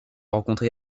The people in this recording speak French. rencontrer